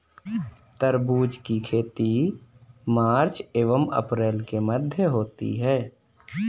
तरबूज की खेती मार्च एंव अप्रैल के मध्य होती है